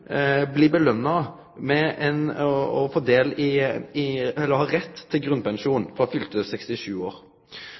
ha rett til grunnpensjon frå fylte 67 år.